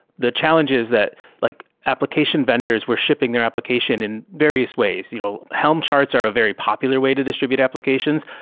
the challenge is that like application vendors were shipping their application in various ways. you know helm charts are a very popular way to distribute applications.